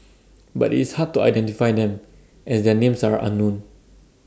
but IT is hard to identify them as their names are unknown